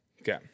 Okay